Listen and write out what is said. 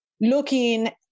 looking